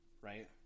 right